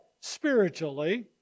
spiritually